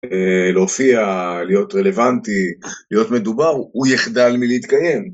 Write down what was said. להופיע, להיות רלוונטי, להיות מדובר, הוא יחדל מלהתקיים.